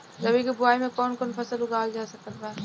रबी के बोआई मे कौन कौन फसल उगावल जा सकत बा?